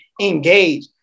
engage